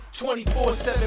24-7